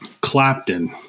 Clapton